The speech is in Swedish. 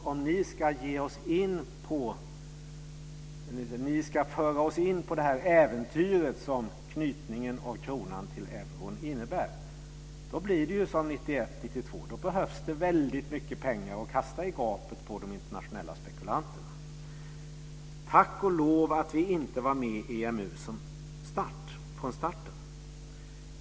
Om ni ska föra oss in på det här äventyret, som knytningen av kronan till euron innebär, blir det ju som 1991-1992. Då behövs det väldigt mycket pengar att kasta i gapet på de internationella spekulanterna. Tack och lov att vi inte var med i EMU från starten.